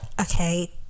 okay